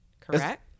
Correct